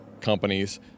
companies